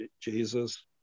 Jesus